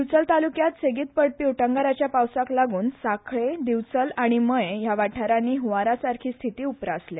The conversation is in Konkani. दिवचल तालूक्यात सेगीत पडपी उटंगराच्या पावसाक लागून साखळे दिवचल आनी मये ह्या वाठारांनी ह्ववारा सारखी स्तिती उप्रासल्या